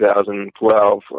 2012